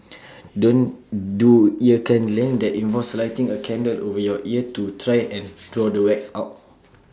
don't do ear candling that involves lighting A candle over your ear to try and draw the wax out